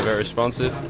responsive.